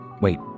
Wait